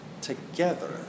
together